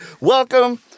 welcome